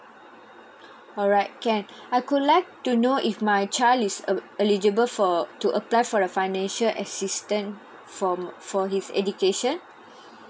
alright can uh could l to know if my child is eli~ eligible for to apply for a financial assistance from for his education